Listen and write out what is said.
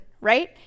right